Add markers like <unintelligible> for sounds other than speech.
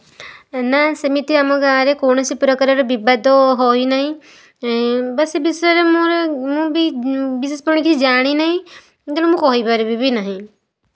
ନା ସେମିତି ଆମ ଗାଁରେ କୌଣସି ପ୍ରକାରର ବିବାଦ ହୋଇନାହିଁ ବା ସେ ବିଷୟରେ ମୋର ମୁଁ ବି ବିଶେଷ <unintelligible> ଜାଣିନାହିଁ ତେଣୁ ମୁଁ କହିପାରିବି ବି ନାହିଁ